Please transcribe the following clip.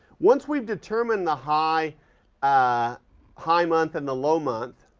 once we've determined the high ah high month and the low month,